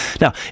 Now